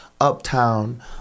uptown